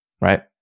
right